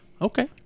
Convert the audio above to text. Okay